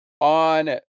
On